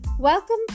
Welcome